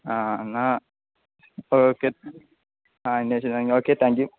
ആ എന്നാല് ഓക്കെ ആ എന്നാല് ശരി ഓക്കെ താങ്ക് യൂ